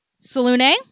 Salune